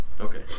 Okay